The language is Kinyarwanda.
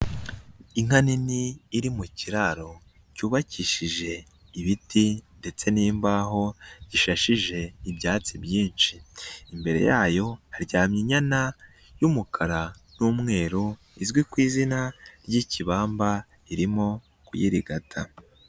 Inka nini iri mu kiraro, cyubakishije ibiti ndetse n'imbaho ishashije ibyatsi byinshi, imbere yayo haryamye inyana y'umukara n'umweru, izwi ku izina ry'ikibamba, irimo kuyirigata.